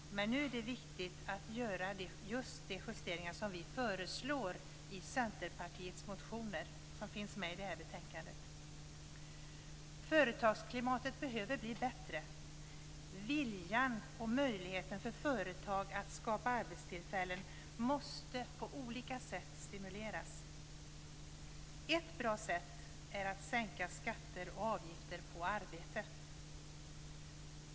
Men nu är det viktigt att göra just de justeringar som vi föreslår i Centerpartiets motioner, som finns med i det här betänkandet. Företagsklimatet behöver bli bättre. Viljan och möjligheten för företag att skapa arbetstillfällen måste på olika sätt stimuleras. Ett bra sätt är att sänka skatter och avgifter på arbete.